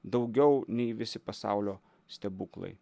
daugiau nei visi pasaulio stebuklai